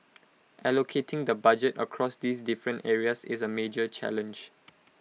allocating the budget across these different areas is A major challenge